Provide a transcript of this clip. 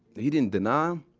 he didn't deny em,